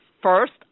First